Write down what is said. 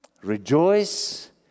Rejoice